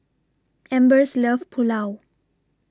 Ambers loves Pulao